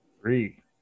three